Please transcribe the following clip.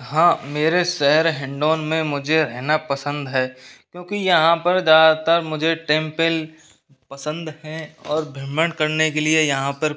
हाँ मेरे शहर हिंडोंन में मुझे रहना क्योंकि यहाँ पर ज़्यादातर मुझे टेम्पेल पसंद हैं और भ्रमण करने के लिए यहाँ पर